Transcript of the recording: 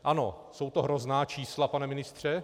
Ano, jsou to hrozná čísla, pane ministře.